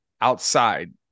outside